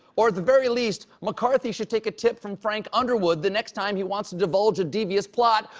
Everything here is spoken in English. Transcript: or at the very least, mccarthy should take a tip from frank underwood the next time he wants to divulge a devious plot,